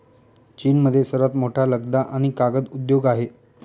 चीनमध्ये सर्वात मोठा लगदा आणि कागद उद्योग आहे